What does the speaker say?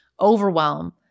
overwhelm